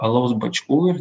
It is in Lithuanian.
alaus bačkų ir